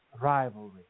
rivalry